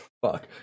Fuck